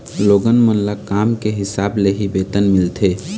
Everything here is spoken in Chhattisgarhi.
लोगन मन ल काम के हिसाब ले ही वेतन मिलथे